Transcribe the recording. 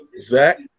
Zach